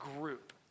group